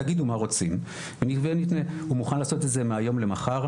תגידו מה אתם רוצים והוא יבנה מתווה' הוא מוכן לעשות את זה מהיום למחר,